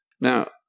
Now